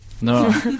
No